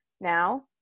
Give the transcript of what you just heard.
Now